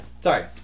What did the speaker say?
Sorry